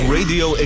Radio